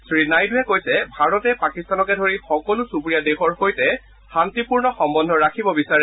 শ্ৰীনাইডুৱে কৈছে ভাৰতে পাকিস্তানকে ধৰি সকলো চুবুৰীয়া দেশৰ সৈতে শান্তিপূৰ্ণ সহ্বন্ধ ৰাখিব বিচাৰে